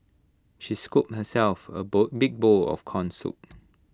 she scooped herself A bowl big bowl of Corn Soup